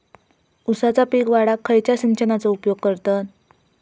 ऊसाचा पीक वाढाक खयच्या सिंचनाचो उपयोग करतत?